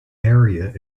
area